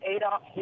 Adolf